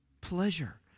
pleasure